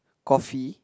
coffee